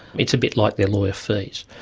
it's a bit like their lawyer fees.